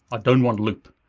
i don't want loop.